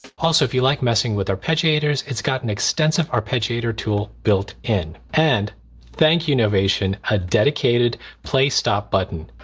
also if you like messing with arpeggiators it's got an extensive arpeggiator tool built in and thank you novation, a dedicated play stop button.